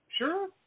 Sure